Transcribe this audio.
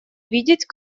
видеть